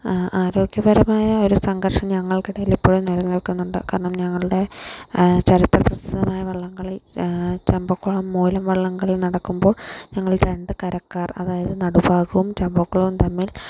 ആരോഗ്യപരമായ ഒരു സംഘർഷം ഞങ്ങൾക്കിടയിൽ എപ്പോഴും നിലനിൽക്കുന്നുണ്ട് കാരണം ഞങ്ങളുടെ ചരിത്ര പ്രസിദ്ധമായ വള്ളംകളി ചമ്പക്കുളം മൂലം വള്ളം കളി നടക്കുമ്പോൾ ഞങ്ങൾ രണ്ടു കരക്കാർ അതായത് നടുഭാഗവും ചെമ്പക്കുളവും തമ്മിൽ